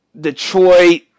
Detroit